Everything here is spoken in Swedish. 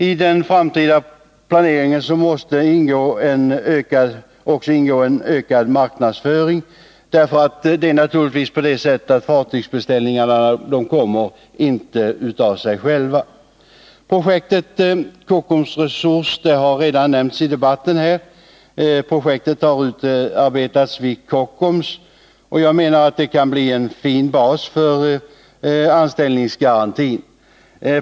I den framtida planeringen måste också ingå en ökad marknadsföring, därför att fartygsbeställningarna naturligtvis inte kommer av sig själva. Projektet Kockum Resurs har redan nämnts i debatten. Projektet har utarbetats vid Kockums, och jag menar att det kan bli en fin bas för anställningsgarantin.